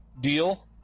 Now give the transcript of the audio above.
deal